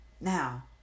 Now